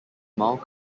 mild